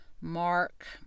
Mark